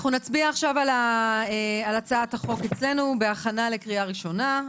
אנחנו נצביע עכשיו על הצעת החוק אצלנו בהכנה לקריאה ראשונה.